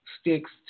sticks